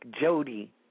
Jody